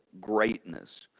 greatness